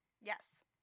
Yes